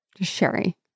sherry